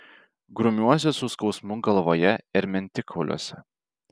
grumiuosi su skausmu galvoje ir mentikauliuose